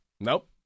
Nope